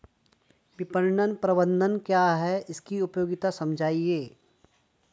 विपणन प्रबंधन क्या है इसकी उपयोगिता समझाइए?